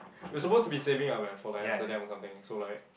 we are supposed to be saving up eh for like Amsterdam or something so like